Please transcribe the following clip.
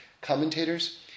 commentators